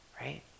right